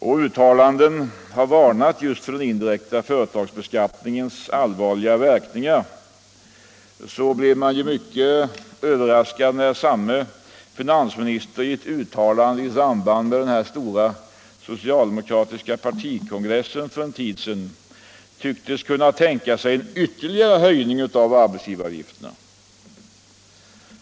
—- och uttalanden har varnat just för den indirekta företagsbeskattningens allvarliga verkningar blev man mycket överraskad när samme finansminister i ett uttalande i samband med den stora socialdemokratiska partikongressen för en tid sedan tycktes kunna tänka sig en ytterligare höjning av arbetsgivaravgifterna.